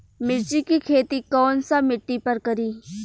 मिर्ची के खेती कौन सा मिट्टी पर करी?